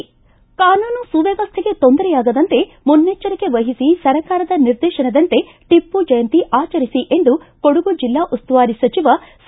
ಕಾನೂನು ಸುವ್ವವಸ್ಥೆಗೆ ತೊಂದರೆಯಾಗದಂತೆ ಮುನ್ನೆಚ್ದರಿಕೆ ವಹಿಸಿ ಸರ್ಕಾರದ ನಿರ್ದೇಶನದಂತೆ ಟಪ್ಪು ಜಯಂತಿ ಆಚರಿಸಿ ಎಂದು ಕೊಡಗು ಜಿಲ್ಲಾ ಉಸ್ತುವಾರಿ ಸಚಿವ ಸಾ